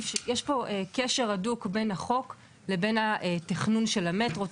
יש פה קשר הדוק בין החוק לבין התכנון של המטרו,